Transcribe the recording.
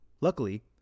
Luckily